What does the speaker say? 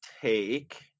take